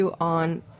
on